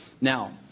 Now